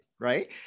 right